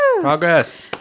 Progress